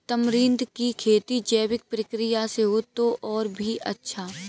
tamarind की खेती जैविक प्रक्रिया से हो तो और भी अच्छा